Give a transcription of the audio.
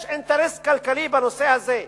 יש אינטרס כלכלי בנושא הזה.